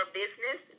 business